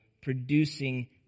producing